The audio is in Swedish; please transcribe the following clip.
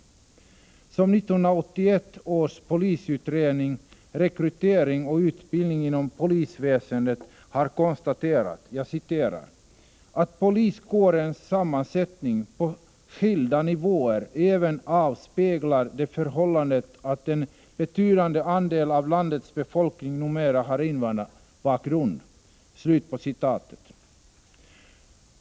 1981 års polisutredning Rekrytering och utbildning inom polisväsendet har konstaterat ”att poliskårens sammansättning på skilda nivåer även avspeglar det förhållandet att en betydande andel av landets befolkning numera har invandrarbakgrund”.